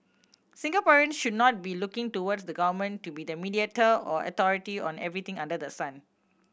Singaporeans should not be looking towards the government to be the mediator or authority on everything under the sun